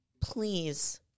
please